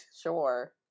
Sure